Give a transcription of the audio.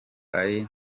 ari